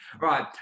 Right